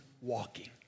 walking